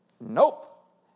Nope